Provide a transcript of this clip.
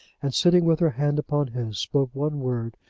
and sitting with her hand upon his, spoke one word,